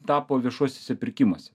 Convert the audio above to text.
tapo viešuosiuose pirkimuose